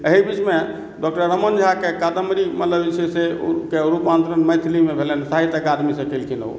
एहि बिच मे डॉक्टर रमन झा के कादंबरी मतलब जे छै से ओ के रूपांतरण मैथली मे भेलनि साहित्य अकादमी सँ केलखिन हँ ओ